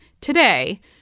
today